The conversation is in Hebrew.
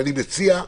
ואני מציע,